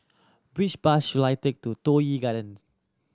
which bus should I take to Toh Yi Garden